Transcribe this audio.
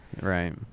right